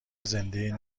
زنده